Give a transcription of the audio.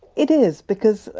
it is because,